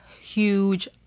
huge